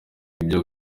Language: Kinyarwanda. ibyo